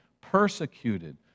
persecuted